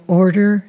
order